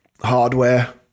Hardware